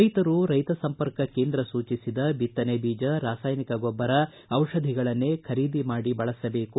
ರೈತರು ರೈತಸಂಪರ್ಕ ಕೇಂದ್ರ ಸೂಚಿಸಿದ ಬಿತ್ತನೆ ಬೀಜ ರಾಸಾಯನಿಕ ಗೊಬ್ಬರ ಜಿಷಧಿಗಳನ್ನೇ ಖರೀದಿಸಿ ಬಳಸಬೇಕು